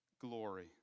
glory